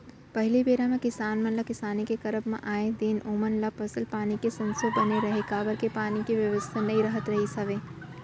पहिली बेरा म किसान मन ल किसानी के करब म आए दिन ओमन ल फसल पानी के संसो बने रहय काबर के पानी के बेवस्था नइ राहत रिहिस हवय